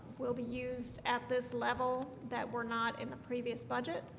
will be used at this level that were not in the previous budget